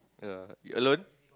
yeah eat alone